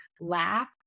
laugh